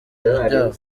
byabo